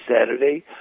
Saturday